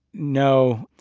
no,